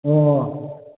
ꯑꯣ